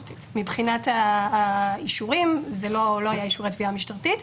מבחינת האישורים אלה לא היו אישורי תביעה משטרתית.